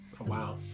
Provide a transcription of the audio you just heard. Wow